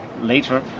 later